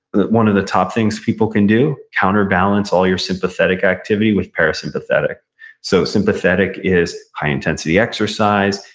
one of the top things people can do, counterbalance all your sympathetic activity with parasympathetic so sympathetic is high intensity exercise,